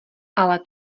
ale